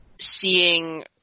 seeing